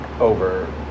over